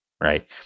right